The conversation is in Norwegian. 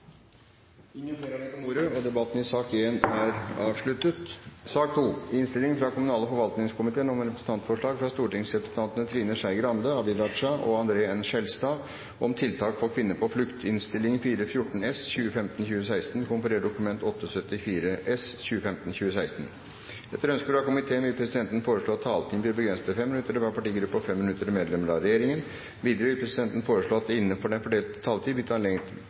Ingen flere har bedt om ordet til sak nr. 2. Etter ønske fra kommunal- og forvaltningskomiteen vil presidenten foreslå at taletiden begrenses til 5 minutter til hver partigruppe og 5 minutter til medlemmer av regjeringen. Videre vil presidenten foreslå at det – innenfor den fordelte taletid – blir